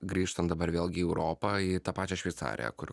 grįžtant dabar vėlgi į europą į tą pačią šveicariją kur